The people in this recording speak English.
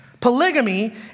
Polygamy